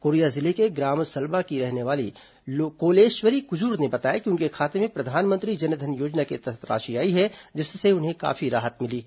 Korea जिले के ग्राम सलबा की रहने वाली कोलेश्वरी कुजूर ने बताया कि उनके खाते में प्रधानमंत्री जन धन योजना के तहत राशि आई है जिससे उन्हें काफी राहत मिली है